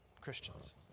Christians